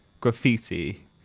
graffiti